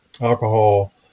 alcohol